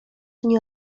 nie